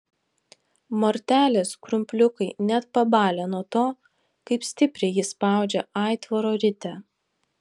mortelės krumpliukai net pabalę nuo to kaip stipriai ji spaudžia aitvaro ritę